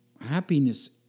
Happiness